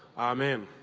amen.